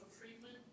treatment